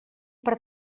per